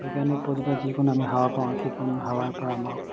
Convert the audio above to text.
বৈজ্ঞানিক পদ্ধতিৰে যিকণ আমি হাৱা পাওঁ সেইকণ হাৱাৰ পৰা আমাক